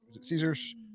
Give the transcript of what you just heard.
Caesars